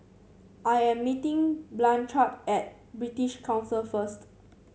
I am meeting Blanchard at British Council first